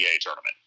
tournament